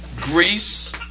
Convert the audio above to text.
Greece